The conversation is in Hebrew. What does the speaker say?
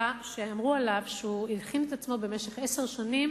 שאמרו עליו שהוא הכין עצמו במשך עשר שנים